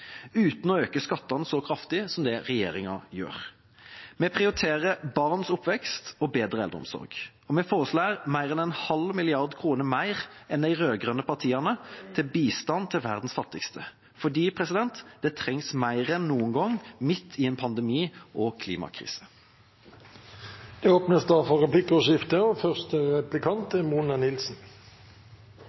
uten å øke skattene så kraftig som regjeringa gjør. Vi prioriterer barns oppvekst og bedre eldreomsorg. Og vi foreslår mer enn en halv milliard kroner mer enn de rød-grønne partiene til bistand til verdens fattigste, fordi det trengs mer enn noen gang midt i pandemi og klimakrise. Det blir replikkordskifte. Kristelig Folkeparti er tydelig på at både tidsklemma og